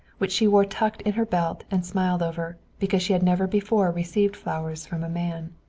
which she wore tucked in her belt and smiled over, because she had never before received flowers from a man.